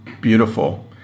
beautiful